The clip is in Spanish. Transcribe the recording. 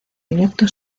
directo